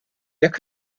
jekk